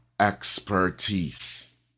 expertise